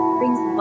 brings